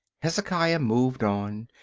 hezekiah moved on.